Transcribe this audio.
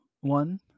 one